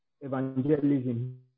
evangelism